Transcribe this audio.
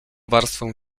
warstwą